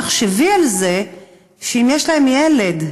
תחשבי על זה שאם יש להן ילד,